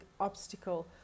obstacle